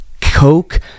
Coke